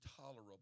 tolerable